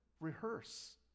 rehearse